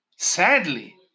Sadly